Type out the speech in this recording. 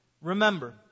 remember